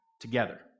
together